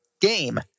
game